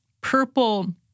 purple